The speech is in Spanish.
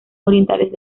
orientales